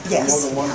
Yes